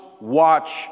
watch